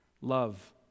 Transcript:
love